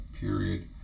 period